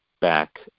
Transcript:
back